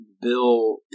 Bill